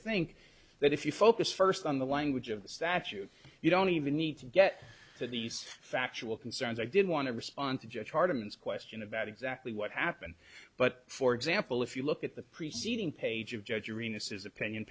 think that if you focus first on the language of the statute you don't even need to get to these factual concerns i did want to respond to jeff hartman's question about exactly what happened but for example if you look at the preceding page of judge arena says opinion